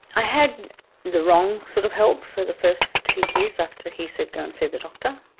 i had the wrong sort of help for the first two years after he said go and see the doctor.